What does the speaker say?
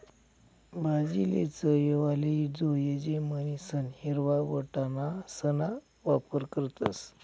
भाजीले चव येवाले जोयजे म्हणीसन हिरवा वटाणासणा वापर करतस